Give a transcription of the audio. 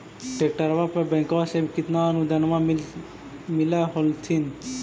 ट्रैक्टरबा पर बैंकबा से कितना अनुदन्मा मिल होत्थिन?